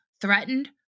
threatened